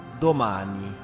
Domani